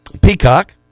Peacock